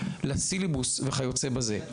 לסילבוס וכיוצא בזה,